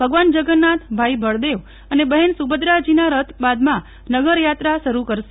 ભગવાન જગન્નાથ ભાઇ બળદેવ અને બહેન સુભદ્રાજીના રથ બાદમાં નગરયાત્રા શરૂ કરશે